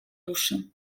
duszy